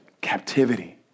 Captivity